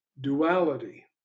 duality